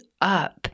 up